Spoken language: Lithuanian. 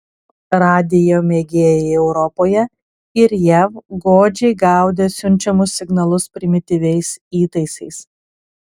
radijo mėgėjai europoje ir jav godžiai gaudė siunčiamus signalus primityviais įtaisais